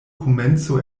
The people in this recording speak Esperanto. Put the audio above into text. komenco